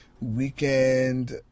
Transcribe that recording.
weekend